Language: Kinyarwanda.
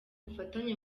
ubufatanye